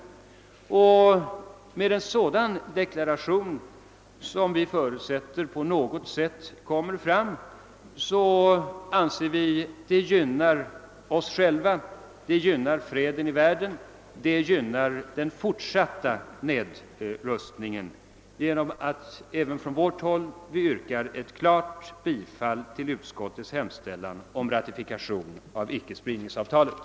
Vi anser att en sådan deklaration — som vi förutsätter på något sätt kommer att göras — gynnar oss själva, gynnar freden i världen och gynnar den fortsatta nedrustningen. Även vi på vårt håll yrkar därför ett klart bifall till utskottets hemställan om ratifikation av icke-spridningsfördraget.